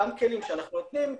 אותם כלים שאנחנו נותנים,